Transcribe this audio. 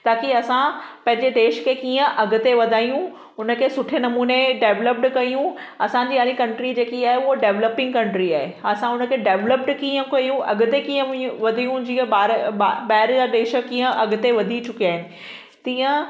ताकी असां पंहिंजे देश खे कीअं अॻिते वधायूं उनखे सुठे नमूने डेवलॉपड कयूं असांजी अने जेकी कंट्री आहे डेवलॉपिंग कंट्री आहे असां उनखे डेवल्प्ड कीअं कयूं अॻिते कीअं जीअं बाहे ॿाहिरि जा देश कीअं अॻिते वधी चुकिया आहिनि तीअं